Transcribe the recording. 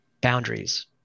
boundaries